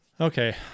Okay